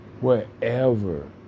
wherever